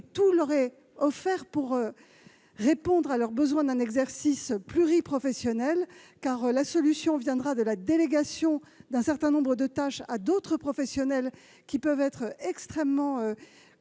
Tout leur est offert pour répondre à leurs besoins d'un exercice pluriprofessionnel, car la solution viendra de la délégation d'un certain nombre de tâches à d'autres professionnels, qui peuvent être extrêmement compétents,